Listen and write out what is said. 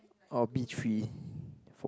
or B three